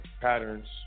Patterns